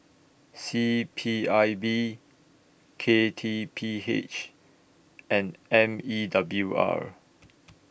C P I B K T P H and M E W R